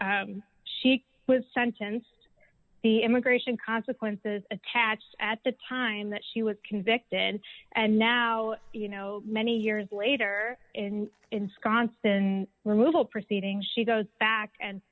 fiction she was sentenced the immigration consequences attached at the time that she was convicted and now you know many years later in ensconced in removal proceedings she goes back and